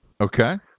okay